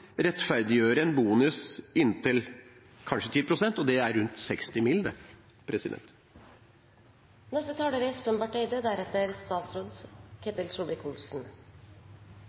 rettferdiggjøre en bonus på inntil kanskje 10 pst., og det er rundt 60 mill. kr. Det er